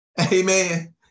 Amen